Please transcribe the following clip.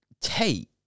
Tate